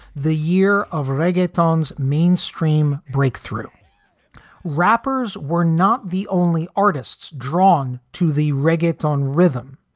the year of reggae, thorn's mainstream breakthrough rappers were not the only artists drawn to the reggaeton rhythm.